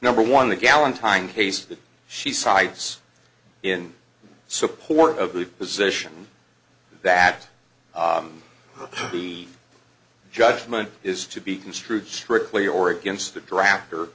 number one the gallon time case that she cites in support of the position that the judgment is to be construed strictly or against the draft or